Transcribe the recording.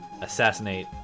assassinate